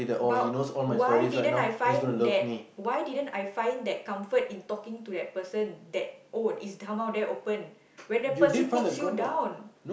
but why didn't I find that why didn't I find that comfort in talking to that person that oh is come there open when that person puts you down